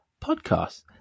Podcasts